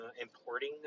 importing